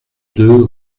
deux